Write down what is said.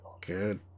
Good